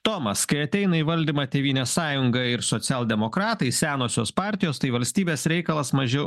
tomas kai ateina į valdymą tėvynės sąjunga ir socialdemokratai senosios partijos tai valstybės reikalas mažiau